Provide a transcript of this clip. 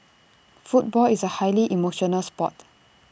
football is A highly emotional Sport